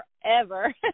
forever